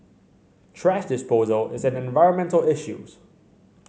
thrash disposal is an environmental issues